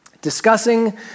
discussing